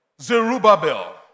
Zerubbabel